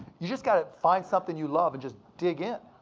you just gotta find something you love and just dig in.